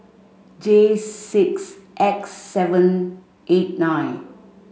J six X seven eight nine